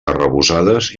arrebossades